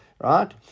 Right